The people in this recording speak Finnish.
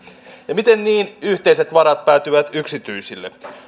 ja miten niin yhteiset varat päätyvät yksityisille